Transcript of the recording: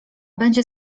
będzie